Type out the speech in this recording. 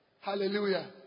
Hallelujah